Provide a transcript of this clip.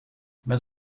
met